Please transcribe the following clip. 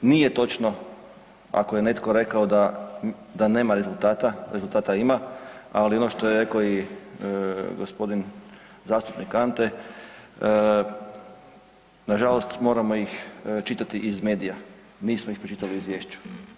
Nije točno ako je netko rekao da, da nema rezultata, rezultata ima, ali ono što je reko i g. zastupnik Ante nažalost moramo ih čitati iz medija, nismo ih pročitali u izvješću.